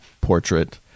portrait